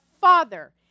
Father